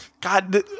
God